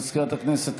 מזכירת הכנסת,